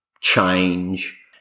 change